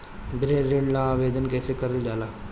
गृह ऋण ला आवेदन कईसे करल जाला?